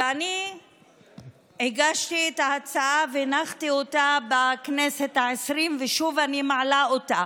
ואני הגשתי את ההצעה והנחתי אותה בכנסת העשרים ושוב אני מעלה אותה.